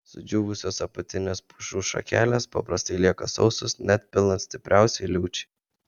sudžiūvusios apatinės pušų šakelės paprastai lieka sausos net pilant stipriausiai liūčiai